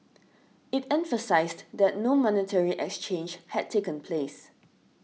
it emphasised that no monetary exchange had taken place